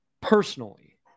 personally